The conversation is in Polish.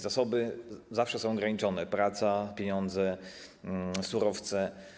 Zasoby zawsze są ograniczone: praca, pieniądze, surowce.